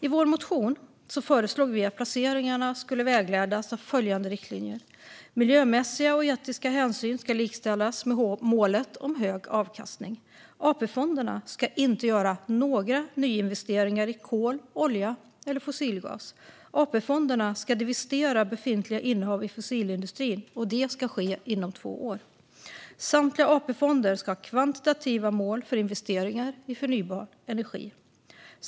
I vår motion föreslog vi att placeringarna ska vägledas av följande riktlinjer: Miljömässiga och etiska hänsyn ska likställas med målet om hög avkastning. AP-fonderna ska inte göra några nyinvesteringar i kol, olja eller fossilgas. AP-fonderna ska divestera befintliga innehav i fossilindustrin, och detta ska ske inom två år. Samtliga AP-fonder ska ha kvantitativa mål för investeringar i förnybar energi.